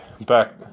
back